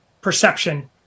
perception